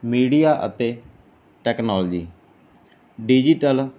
media ਅਤੇ technology digital